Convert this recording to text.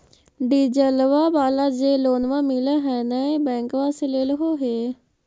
डिजलवा वाला जे लोनवा मिल है नै बैंकवा से लेलहो हे?